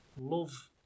love